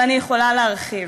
ואני יכולה להרחיב.